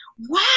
wow